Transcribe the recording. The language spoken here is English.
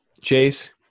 Chase